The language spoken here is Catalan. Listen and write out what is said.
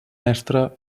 mestre